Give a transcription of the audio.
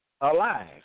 alive